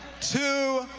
two,